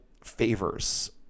favors